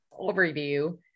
overview